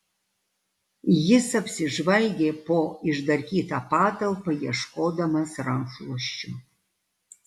jis apsižvalgė po išdarkytą patalpą ieškodamas rankšluosčio